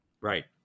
right